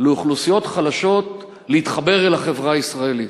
לאוכלוסיות חלשות להתחבר אל החברה הישראלית.